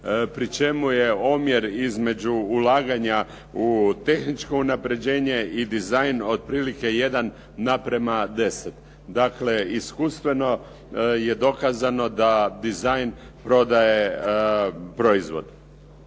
pri čemu je omjer između ulaganja u tehničko unaprijeđene i dizajn otprilike jedan naprema deset. Dakle, iskustveno je dokazano da dizajn prodaje proizvod.